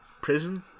prison